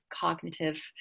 cognitive